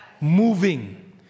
moving